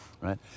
right